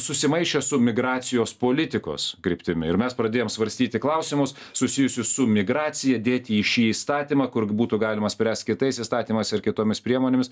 susimaišė su migracijos politikos kryptimi ir mes pradėjom svarstyti klausimus susijusius su migracija dėti į šį įstatymą kur būtų galima spręst kitais įstatymais ir kitomis priemonėmis